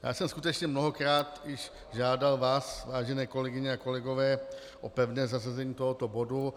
Já jsem skutečně mnohokrát již žádal vás, vážené kolegyně a kolegové, o pevné zařazení tohoto bodu.